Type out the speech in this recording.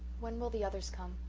when will the others come?